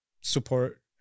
support